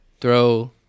throw